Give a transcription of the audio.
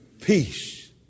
Peace